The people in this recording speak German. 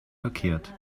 verkehrt